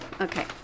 Okay